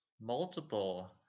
multiple